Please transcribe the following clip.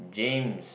James